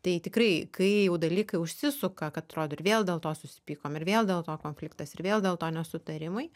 tai tikrai kai jau dalykai užsisuka kad atrodo ir vėl dėl to susipykom ir vėl dėl to konfliktas ir vėl dėl to nesutarimai